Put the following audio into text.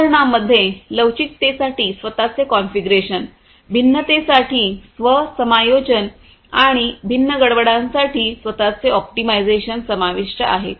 उदाहरणांमध्ये लवचीकतेसाठी स्वतःचे कॉन्फिगरेशन भिन्नतेसाठी स्व समायोजन आणि भिन्न गडबडांसाठी स्वतःचे ऑप्टिमायझेशन समाविष्ट आहे